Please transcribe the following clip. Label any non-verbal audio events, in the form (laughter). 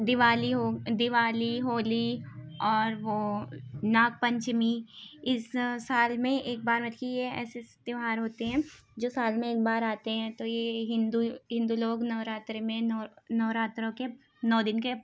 دوالی دوالی ہولی اور وہ ناگ پنچمی اس سال میں ایک بار میں (unintelligible) ایسے تہوار ہوتے ہیں جو سال میں ایک بار آتے ہیں تو یہ ہندو ہندو لوگ نوراتری میں نو نوراتروں کے نو دن کے